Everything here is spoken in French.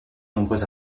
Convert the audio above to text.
nombreux